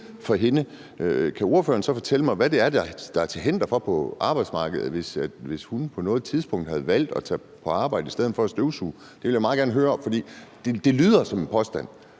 Kan ordføreren så fortælle mig, hvad der på arbejdsmarkedet er til hinder for det, hvis hun på noget tidspunkt havde valgt at tage på arbejde i stedet for at støvsuge? Det vil jeg meget gerne høre. For det lyder som en påstand